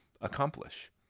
accomplish